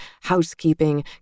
housekeeping